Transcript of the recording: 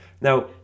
now